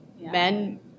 men